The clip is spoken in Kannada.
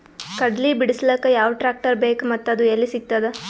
ಕಡಲಿ ಬಿಡಿಸಲಕ ಯಾವ ಟ್ರಾಕ್ಟರ್ ಬೇಕ ಮತ್ತ ಅದು ಯಲ್ಲಿ ಸಿಗತದ?